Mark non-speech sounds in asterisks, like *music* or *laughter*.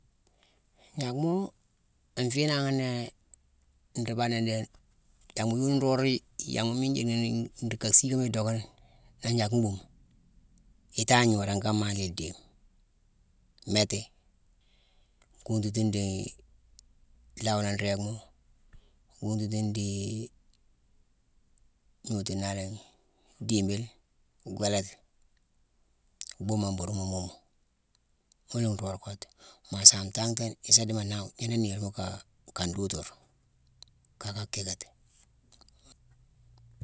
Gnangh moo gnangh fiinan néé ruu baadena déck, yanghma yoni nroog yi-yanghma miine yick ni nka siikoma idockani ni gnackma mbhuumo: itangne gnoodane kane ma la idééme, mééti, kuntutine dii lawonone réégma wonghtutine dii *hesitation* idiibile, gwélati, bhuumo mbur mu muumu. Ghuna nroo nruu kottu. Maa saame tanghtana, issa dhimo naawu gnééné niirma ka nduutur, kaaka kiikati.